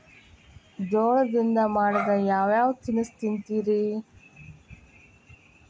ಜೋಳದಿಂದ ಮಾಡಿದ ಯಾವ್ ಯಾವ್ ತಿನಸು ತಿಂತಿರಿ?